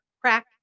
crack